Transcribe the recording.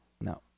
No